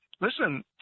listen